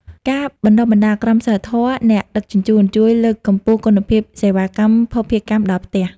ការបណ្ដុះបណ្ដាល "ក្រមសីលធម៌អ្នកដឹកជញ្ជូន" ជួយលើកកម្ពស់គុណភាពសេវាកម្មភស្តុភារកម្មដល់ផ្ទះ។